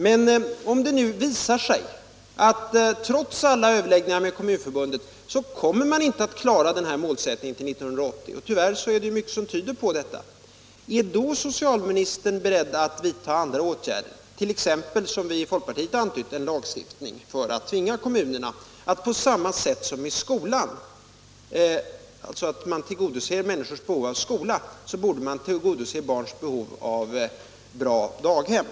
Men om det nu visar sig att man trots alla överläggningar med Kommunförbundet inte Nr 76 kommer att klara målsättningen till 1980, och tyvärr tyder mycket på Tisdagen den det, är socialministern då beredd att vidta andra åtgärder, t.ex. — såsom 1 mars 1977 vi i folkpartiet har antytt — en lagstiftning för att tvinga kommunerna att liksom man tillgodoser barns behov av undervisning också tillgodose Om utbyggnaden av barns behov av bra daghem?